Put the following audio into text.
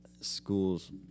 schools